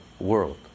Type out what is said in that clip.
world